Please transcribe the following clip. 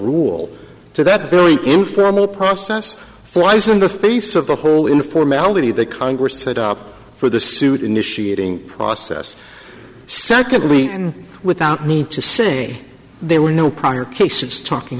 rule to that very informal process flies in the face of the whole in formality that congress set up for the suit initiating process secondly without need to say there were no prior cases talking